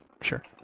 Sure